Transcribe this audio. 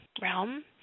realm